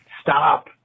Stop